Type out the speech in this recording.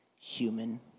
human